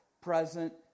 present